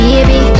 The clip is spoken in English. Baby